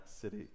city